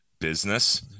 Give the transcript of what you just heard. business